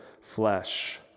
flesh